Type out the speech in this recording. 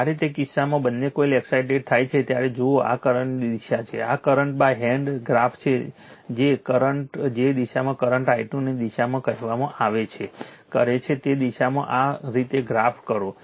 જ્યારે તે કિસ્સામાં બંને કોઇલ એક્સાઇટેડ થાય છે ત્યારે જુઓ આ કરંટની દિશા છે આ કરંટ હેન્ડ ગ્રાફ છે કંડક્ટર જે દિશામાં કરંટ i2 ની દિશામાં કહેવામાં આવે છે કરે છે તે દિશામાં આ રીતે ગ્રાફ કરો